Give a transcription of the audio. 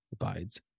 abides